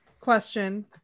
question